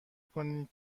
کنید